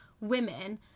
women